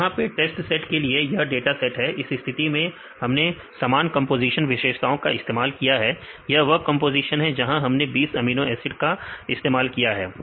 तो यहां test set के लिए यह डाटा सेट है इस स्थिति में हमने समान कंपोजीशन विशेषताओं का इस्तेमाल किया है यह वह कंपोजीशन है जहां हमने 20 अमीनो एसिड का इस्तेमाल किया है